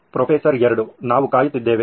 professor 2 ನಾವು ಕಾಯುತ್ತಿದ್ದೇವೆ